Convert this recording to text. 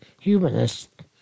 humanist